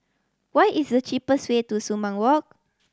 what is the cheapest way to Sumang Walk